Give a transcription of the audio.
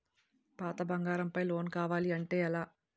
పాత బంగారం పై లోన్ కావాలి అంటే ఎలా?